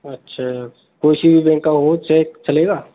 अच्छे कोई सी भी बैंक का हो चेक चलेगा